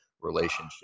relationship